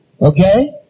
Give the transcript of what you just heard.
Okay